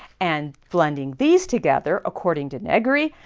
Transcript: and blending these together, according to negri,